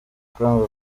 kwanga